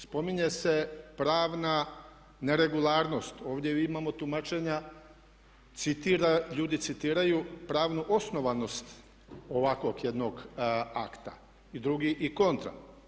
Spominje se pravna neregularnost, ovdje imamo tumačenja, ljudi citiraju pravnu osnovanost ovakvog jednog akta i drugi i kontra.